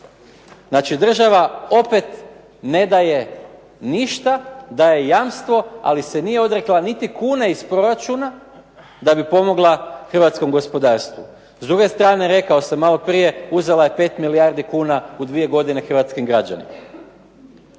Znači, država opet ne daje ništa, daje jamstvo ali se nije odrekla niti kune iz proračuna da bi pomogla hrvatskom gospodarstvu. S druge strane rekao sam maloprije, uzela je 5 milijardi kuna u dvije godine Hrvatskom građanima.